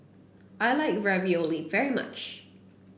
I like Ravioli very much